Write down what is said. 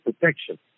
protection